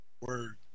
word